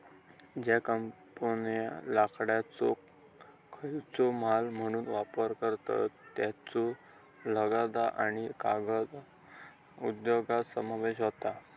ज्ये कंपन्ये लाकडाचो कच्चो माल म्हणून वापर करतत, त्येंचो लगदा आणि कागद उद्योगात समावेश होता